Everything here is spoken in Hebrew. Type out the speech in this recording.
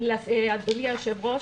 אדוני היושב-ראש,